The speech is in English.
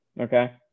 okay